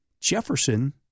Jefferson